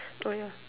oh ya